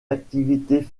activités